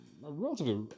relatively